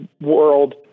world